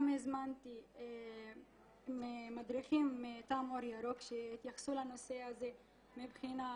הזמנתי גם מדריכים מטעם אור ירוק שהתייחסו לנושא הזה מבחינה